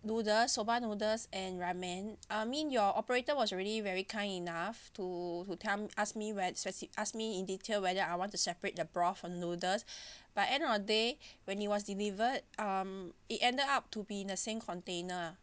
noodles soba noodles and ramen I mean your operator was already very kind enough to to tell ask me very speci~ asked me in detail whether I want to separate the broth and noodles but end of the day when it was delivered um it ended up to be in the same container